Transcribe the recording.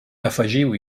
afegiu